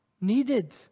needed